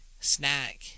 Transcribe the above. snack